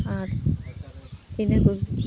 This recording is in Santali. ᱟᱨ ᱤᱱᱟᱹ ᱠᱚ